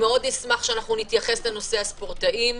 אשמח שנתייחס לנושא הספורטאים,